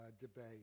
debate